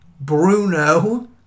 Bruno